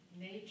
nature